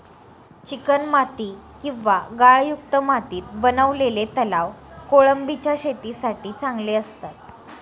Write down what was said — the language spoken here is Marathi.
चिकणमाती किंवा गाळयुक्त मातीत बनवलेले तलाव कोळंबीच्या शेतीसाठी चांगले असतात